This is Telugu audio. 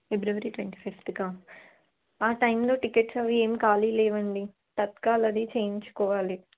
ఫిబ్రవరి ట్వంటీ ఫిఫ్త్కా ఆ టైంలో టికెట్స్ అవి ఏం ఖాళీ లేవండి తత్కాలది చేయించుకోవాలి